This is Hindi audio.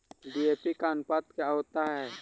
डी.ए.पी का अनुपात क्या होता है?